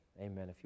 Amen